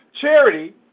Charity